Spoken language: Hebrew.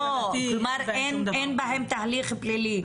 כלומר אין בהם תהליך פלילי,